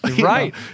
right